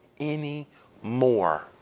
anymore